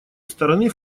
стороны